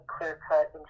clear-cut